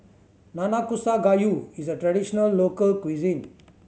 Nanakusa Gayu is a traditional local cuisine